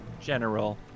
general